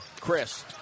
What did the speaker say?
Chris